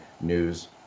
news